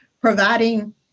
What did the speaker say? providing